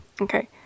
Okay